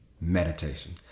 Meditation